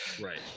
Right